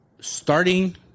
starting